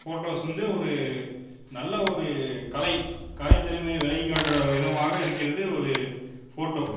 photos வந்து ஒரு நல்ல ஒரு கலை கலை திறமையை வெளிக்காட்டுற விதமாகவே இருக்கிறது ஒரு ஃபோட்டோ